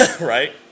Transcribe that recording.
Right